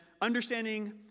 understanding